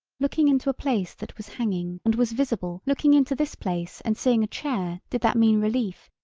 looking into a place that was hanging and was visible looking into this place and seeing a chair did that mean relief,